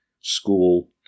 school